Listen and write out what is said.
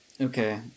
Okay